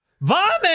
VOMIT